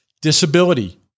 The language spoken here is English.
Disability